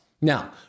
Now